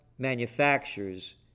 manufacturers